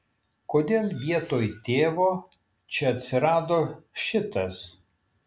kodėl vietoj tėvo čia atsirado šitas